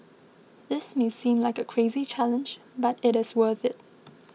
this may seem like a crazy challenge but it is worth it